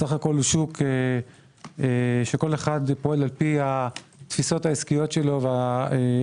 סך הכול זה שוק שכל אחד פועל לפי התפיסות העסקיות שלו וההיבטים